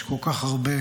יש כל כך הרבה,